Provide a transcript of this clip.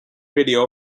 video